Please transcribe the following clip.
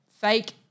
fake